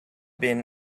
been